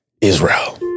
Israel